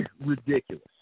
ridiculous